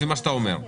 לפי מה שאתה אומר,